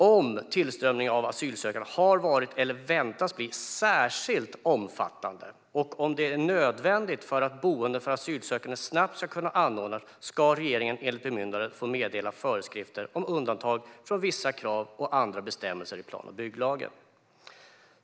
Om tillströmningen av asylsökande har varit eller väntas bli särskilt omfattande, och om det är nödvändigt för att boenden för asylsökande snabbt ska kunna anordnas, ska regeringen enligt bemyndigandet få meddela föreskrifter om undantag från vissa krav och andra bestämmelser i plan och bygglagen.